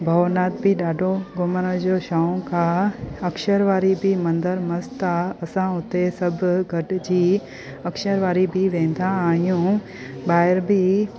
भवनाथ बि ॾाढो घुमण जो शौक़ु आहे अक्षरवारी बि मंदिर मस्तु आहे असां हुते सभु गॾिजी अक्षरवारी बि वेंदा आहियूं ॿाहिरि बि